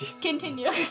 Continue